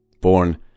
born